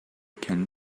can